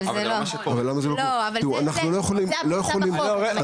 אבל זה לא --- זה לא מה שקורה בפועל.